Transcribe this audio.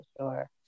sure